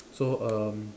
so um